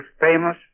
famous